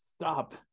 stop